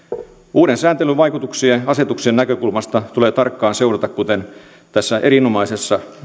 uuden sääntelyn vaikutuksia asetuksien näkökulmasta tulee tarkkaan seurata kuten tässä erinomaisessa